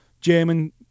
German